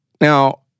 Now